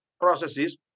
processes